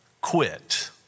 quit